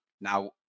Now